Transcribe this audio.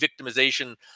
victimization